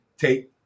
take